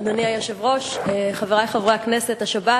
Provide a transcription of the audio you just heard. אדוני היושב-ראש, חברי חברי הכנסת, השבת